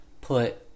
put